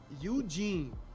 Eugene